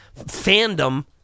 fandom